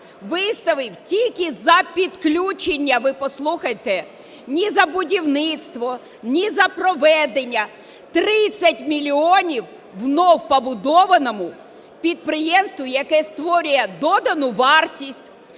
виставив тільки за підключення – ви послухайте: ні за будівництво, ні за проведення! – 30 мільйонів вновь побудованому підприємству, яке створює додану вартість,